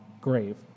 grave